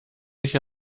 sich